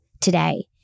today